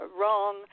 wrong